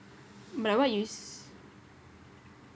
but what you s~